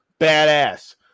Badass